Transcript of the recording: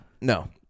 No